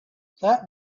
that